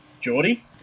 Geordie